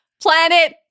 Planet